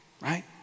right